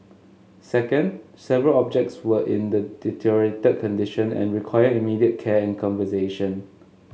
second several objects were in the deteriorated condition and required immediate care and conservation